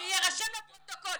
שיירשם בפרוטוקול.